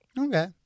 Okay